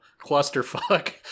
clusterfuck